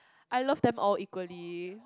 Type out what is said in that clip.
I love them all equally